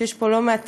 שיש פה לא מעטים,